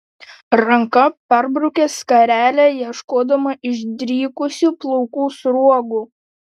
ranka perbraukė skarelę ieškodama išdrikusių plaukų sruogų